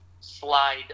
slide